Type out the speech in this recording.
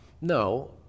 No